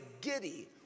giddy